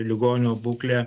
ligonio būklę